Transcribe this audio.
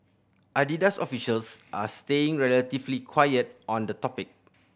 Adidas officials are staying relatively quiet on the topic